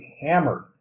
hammered